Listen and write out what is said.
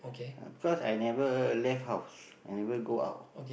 uh because I never left house I never go out